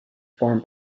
farm